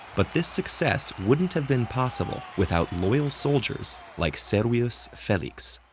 but this success wouldn't have been possible without loyal soldiers like servius felix.